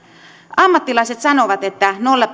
ammattilaiset sanovat että nolla